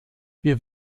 wir